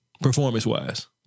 Performance-wise